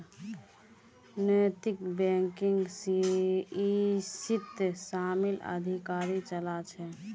नैतिक बैकक इसीत शामिल अधिकारी चला छे